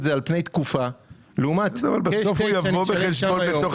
זה על פני תקופה לעומת --- בסוף הוא יבוא בחשבון לתוך